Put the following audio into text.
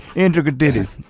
intricatitties.